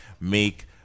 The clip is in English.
make